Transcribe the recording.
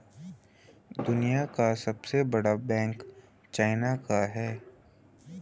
दुनिया का सबसे बड़ा बैंक चाइना का है